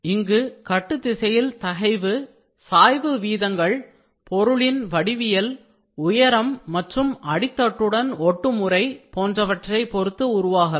இங்கு கட்டு திசையில் தகைவு சாய்வு வீதங்கள் stress gradients பொருளின் வடிவியல் உயரம் மற்றும் அடித்தட்டுடன் ஒட்டும் முறை போன்றவற்றை பொருத்து உருவாகலாம்